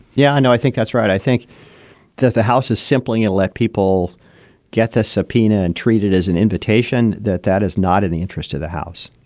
yeah, i know. i think that's right. i think that the house is simply let people get the subpoena and treat it as an invitation, that that is not in the interest of the house